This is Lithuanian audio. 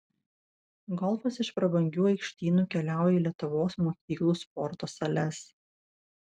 golfas iš prabangių aikštynų keliauja į lietuvos mokyklų sporto sales